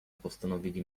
postanowili